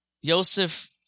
Yosef